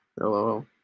hello